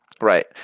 right